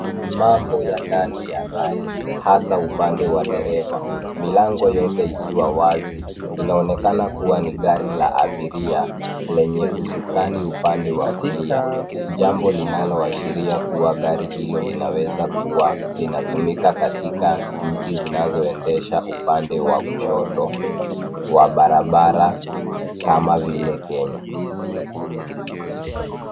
Ni mambo ya ndani ya gari, hasa upande wa dereva. Milango yote ikiwa wazi, inaonekana kuwa ni gari la abiria, lenye usukani upande wa kulia. Jambo linaloashiria kuwa gari hilo linaweza kuwa linatumika katika nchi zinazoendesha upande wa kushoto, wa barabara kama vile Kenya.